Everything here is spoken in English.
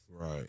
Right